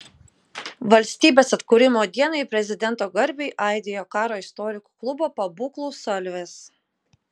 valstybės atkūrimo dienai ir prezidento garbei aidėjo karo istorikų klubo pabūklų salvės